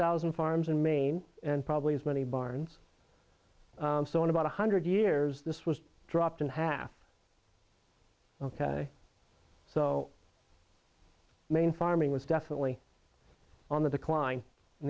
thousand farms in maine and probably as many barns so in about a hundred years this was dropped in half ok so maine farming was definitely on the decline in